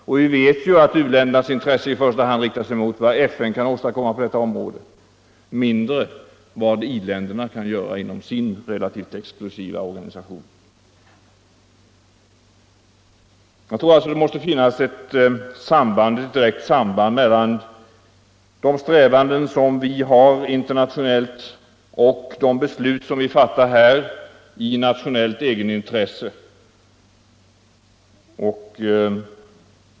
Och vi vet att u-ländernas intresse i första hand riktar sig mot vad FN kan åstadkomma på detta område — mindre vad i-länderna kan göra inom sin relativt exklusiva organisation. Jag tror alltså att det måste finnas en samstämmighet mellan de strävanden som vi har internationellt och de beslut som vi fattar i nationellt egenintresse.